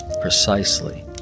Precisely